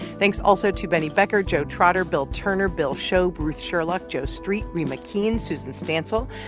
thanks also to benny becker, joe trotter, bill turner, bill shogue, ruth sherlock, joe street, reema keen, susan stansel,